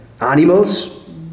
animals